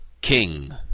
King